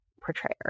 portrayer